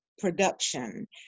production